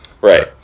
Right